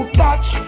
touch